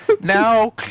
Now